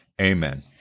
Amen